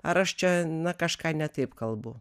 ar aš čia na kažką ne taip kalbu